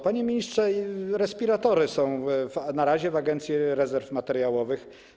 Panie ministrze, respiratory są na razie w Agencji Rezerw Materiałowych.